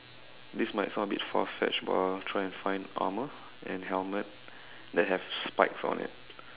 this might sound a bit far fetched but I will try and find armour and helmet that has spikes on it